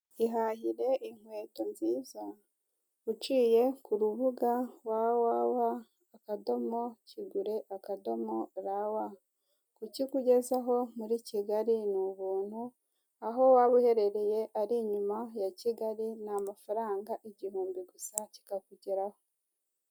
Ihahire inkweto nziza uciye ku rubuga wawawa akadomo ra wa ikikugezaho muri kigali ni ubuntu aho waba uherereye, ari inyuma ya kigali ni amafaranga igihumbi gusa kikakugeraho.